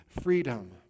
freedom